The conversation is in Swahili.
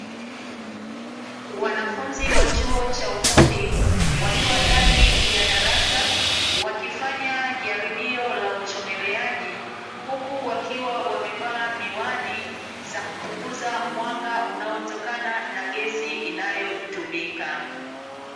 Wanafunzi wa chuo cha ufundi wakiwa ndani ya darasa, wakifanya jaribio la uchomeleaji, huku wakiwa wamevaa miwani za kupunguza mwanga unaotokana na gesi inayotumika.